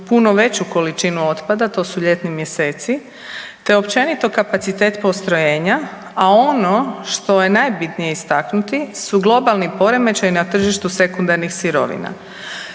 puno veću količinu otpada, to su ljetni mjeseci, te općenito kapacitet postrojenja, a ono što je najbitnije istaknuti su globalni poremećaji na tržištu sekundarnih sirovina.